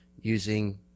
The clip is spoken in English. using